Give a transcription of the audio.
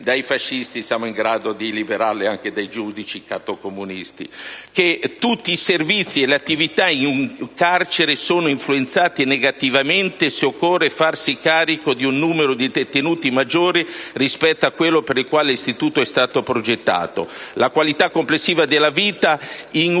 dai fascisti e siamo in grado di liberarla anche dai giudici cattocomunisti. Tutti i servizi e le attività in carcere sono influenzati negativamente se occorre farsi carico di un numero di detenuti maggiore rispetto a quello per cui l'istituto è stato progettato: la qualità complessiva della vita in un